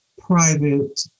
private